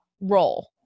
role